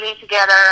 together